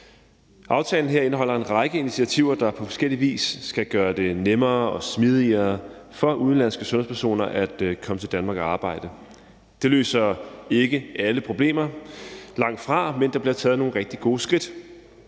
Aftalen her indeholder en række initiativer, der på forskellig vis skal gøre det nemmere og smidigere for udenlandske sundhedspersoner at komme til Danmark for at arbejde. Det løser ikke alle problemer – langtfra – men der bliver taget nogle rigtig gode skridt.